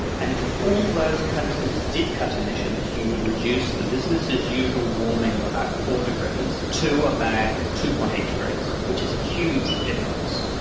and if all those countries did cut emissions you would reduce the business-as-usual warming of about four degrees to about two. eight degrees, which is a huge difference.